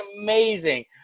amazing